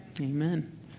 Amen